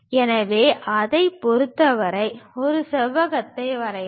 எனவே அதைப் பொறுத்தவரை ஒரு செவ்வகத்தை வரையவும்